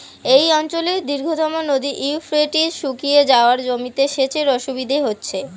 এই অঞ্চলের দীর্ঘতম নদী ইউফ্রেটিস শুকিয়ে যাওয়ায় জমিতে সেচের অসুবিধে হচ্ছে